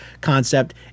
concept